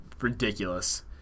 ridiculous